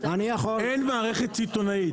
אין מערכת סיטונאית,